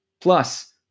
plus